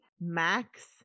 Max